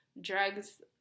drugs